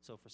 so for